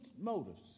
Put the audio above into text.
motives